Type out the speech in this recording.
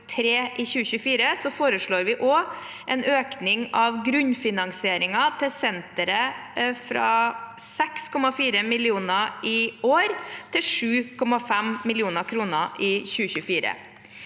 i 2024, foreslår vi også en økning av grunnfinansieringen til senteret, fra 6,4 mill. kr i år til 7,5 mill. kr i 2024.